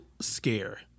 scare